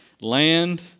land